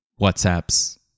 WhatsApp's